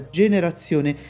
generazione